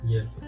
Yes